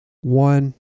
One